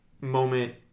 moment